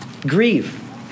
Grieve